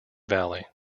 valley